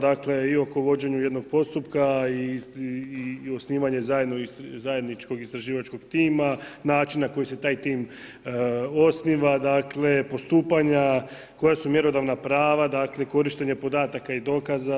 Dakle, i oko vođenja jednog postupka i osnivanje zajedničkog istraživačkog tima, način na koji se taj tim osniva, dakle postupanja, koja su mjerodavna prava, dakle, korištenje podataka i dokaza.